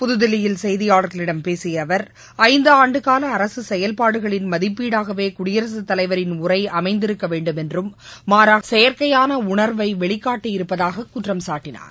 புதுதில்லியில் செய்தியாளர்களிடம் பேசிய அவர் ஐந்து ஆண்டுகால அரசு செயல்பாடுகளின் மதிப்பீடாகவே குடியரசுத் தலைவர் உரை அமைந்திருக்க வேண்டுமென்றும் மாறாக செயற்கையான உயர்வை வெளிக்காட்டியிருப்பதாகக் குற்றம்சாட்டினார்